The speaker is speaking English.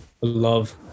Love